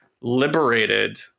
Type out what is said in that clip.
liberated